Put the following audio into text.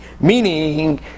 meaning